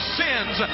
sins